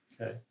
Okay